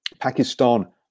Pakistan